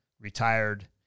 retired